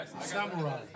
Samurai